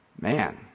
Man